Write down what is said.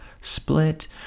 split